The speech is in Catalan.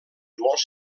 molts